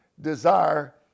desire